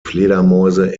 fledermäuse